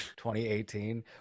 2018